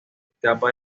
escapa